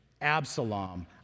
absalom